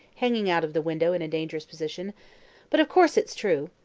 hanging out of the window in a dangerous position but, of course, it's true.